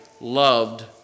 loved